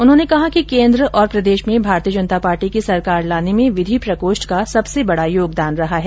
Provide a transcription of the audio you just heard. उन्होंने कहा कि केन्द्र और प्रदेष में भारतीय जनता पार्टी की सरकार लाने में विधि प्रकोष्ठ का सबसे बड़ा योगदान रहा है